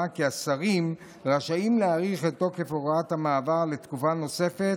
כי השרים רשאים להאריך את תוקף הוראת המעבר לתקופה נוספת,